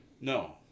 No